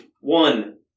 One